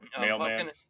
Mailman